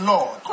Lord